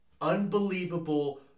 unbelievable